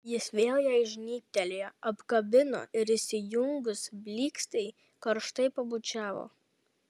jis vėl jai žnybtelėjo apkabino ir įsijungus blykstei karštai pabučiavo